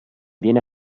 viene